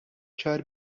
ċar